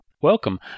Welcome